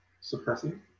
suppressing